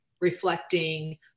reflecting